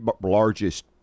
largest